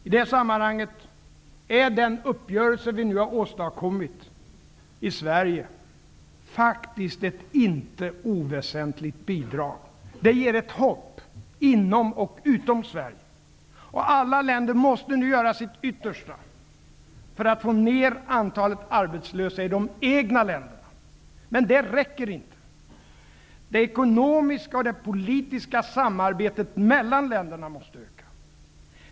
I det sammanhanget är den uppgörelse vi nu har åstadkommit i Sverige faktiskt ett inte oväsentligt bidrag. Det ger ett hopp inom och utom Sverige. Alla länder måste nu göra sitt yttersta för att få ned antalet arbetslösa i de egna länderna. Men det räcker inte. Det ekonomiska och politiska samarbetet mellan länderna måste öka.